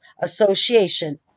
Association